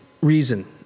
reason